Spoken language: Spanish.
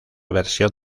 versión